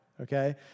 Okay